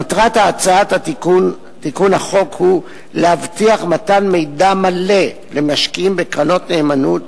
מטרת הצעת תיקון החוק היא להבטיח מתן מידע מלא למשקיעים בקרנות נאמנות,